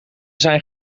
zijn